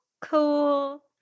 Cool